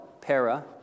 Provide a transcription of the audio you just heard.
Para